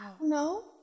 No